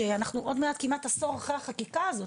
שאנחנו עוד מעט כמעט עשור אחרי החקיקה הזו,